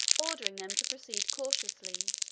ordering them to proceed cautiously,